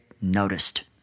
noticed